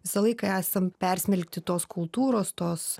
visą laiką esam persmelkti tos kultūros tos